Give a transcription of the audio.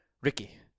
Ricky